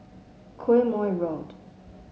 Quemoy Road